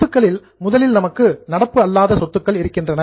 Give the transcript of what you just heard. சொத்துக்களில் முதலில் நமக்கு நடப்பு அல்லாத சொத்துக்கள் இருக்கின்றன